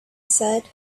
said